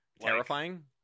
Terrifying